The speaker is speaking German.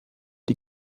die